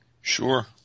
Sure